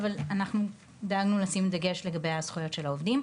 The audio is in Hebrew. אבל אנחנו דאגנו לשים דגש לגבי הזכויות של העובדים.